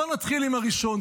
בואו נתחיל עם הראשון.